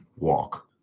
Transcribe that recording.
Walk